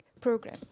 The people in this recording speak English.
program